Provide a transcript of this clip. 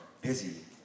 busy